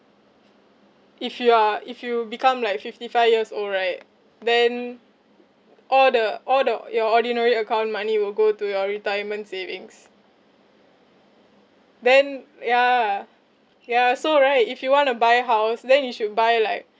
if you are if you become like fifty five years old right then all the all the your ordinary account money will go to your retirement savings then ya ya so right if you want to buy house then you should buy like